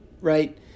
right